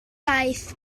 daith